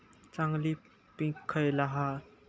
चांगली पीक खयला हा?